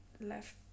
left